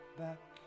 back